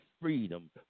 freedom